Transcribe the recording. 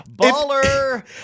Baller